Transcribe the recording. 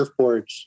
surfboards